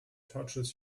touches